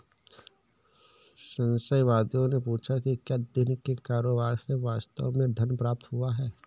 संशयवादियों ने पूछा कि क्या दिन के कारोबार से वास्तव में धन प्राप्त हुआ है